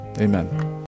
amen